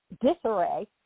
disarray